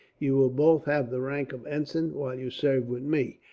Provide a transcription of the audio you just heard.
you will both have the rank of ensign, while you serve with me.